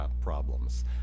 problems